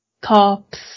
Cops